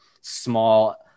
small